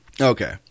Okay